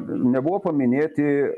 nebuvo paminėti